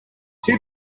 two